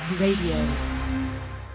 radio